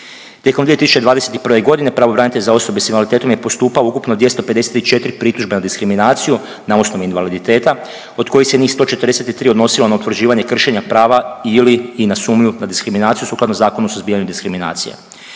Tijekom 2021. g. pravobranitelj za osobe s invaliditetom je postupao ukupno 254 pritužbe na diskriminaciju na osnovu invaliditeta, od kojih se njih 143 odnosilo na utvrđivanje kršenja prava ili/i na sumnju na diskriminaciju sukladno Zakonu o suzbijanju diskriminacije.